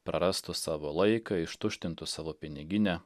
prarastų savo laiką ištuštintų savo piniginę